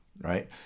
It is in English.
right